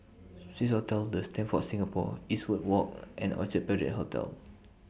Swissotel The Stamford Singapore Eastwood Walk and Orchard Parade Hotel